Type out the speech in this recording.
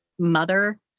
mother